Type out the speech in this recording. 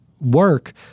work